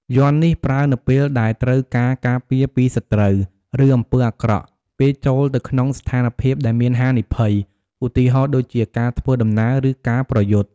យ័ន្តនេះប្រើនៅពេលដែលត្រូវការការពារពីសត្រូវ ឬអំពើអាក្រក់ ពេលចូលទៅក្នុងស្ថានភាពដែលមានហានិភ័យ ឧទាហរណ៍ដូចជាការធ្វើដំណើរ ឬការប្រយុទ្ធ។